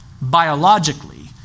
biologically